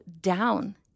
down